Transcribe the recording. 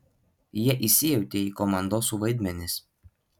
jie įsijautė į komandosų vaidmenis